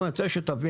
אני רוצה שתבינו,